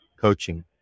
coaching